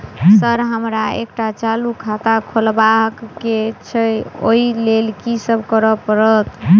Sir हमरा एकटा चालू खाता खोलबाबह केँ छै ओई लेल की सब करऽ परतै?